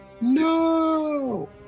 No